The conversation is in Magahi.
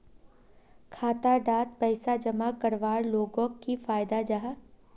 खाता डात पैसा जमा करवार लोगोक की फायदा जाहा?